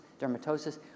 dermatosis